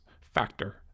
Factor